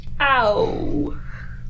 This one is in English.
Ow